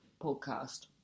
podcast